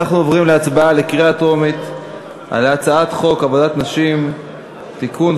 אנחנו עוברים להצבעה בקריאה טרומית על הצעת חוק עבודת נשים (תיקון,